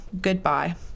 Goodbye